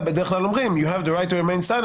בדרך כלל אומרים: יש לך זכות לשתוק ואם תדבר,